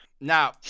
now